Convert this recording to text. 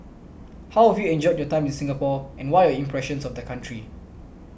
how have you enjoyed your time in Singapore and what are your impressions of the country